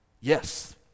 Yes